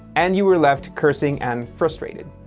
and you were left cursing and frustrated.